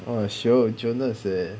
!wah! [siol] jonas eh